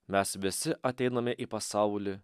mes visi ateiname į pasaulį